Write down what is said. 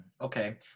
Okay